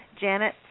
Janet